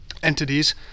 entities